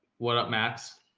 what up max?